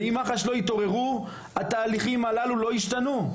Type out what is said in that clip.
ואם מח"ש לא יתעוררו התהליכים הללו לא ישתנו.